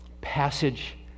passage